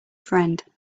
friend